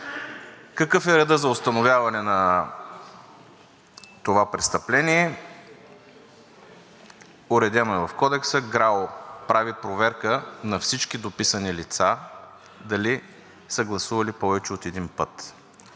Какъв е редът за установяване на това престъпление? Уредено е в Кодекса. ГРАО прави проверка на всички дописани лица дали са гласували повече от един път.